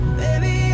baby